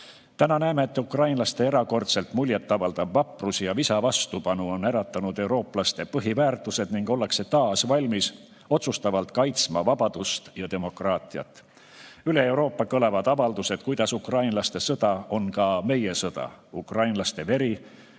Täna näeme, et ukrainlaste erakordselt muljetavaldav vaprus ja visa vastupanu on äratanud eurooplaste põhiväärtused ning ollakse taas valmis otsustavalt kaitsma vabadust ja demokraatiat. Üle Euroopa kõlavad avaldused, kuidas ukrainlaste sõda on ka meie sõda. Ukrainlaste veri